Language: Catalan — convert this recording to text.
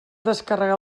descarregar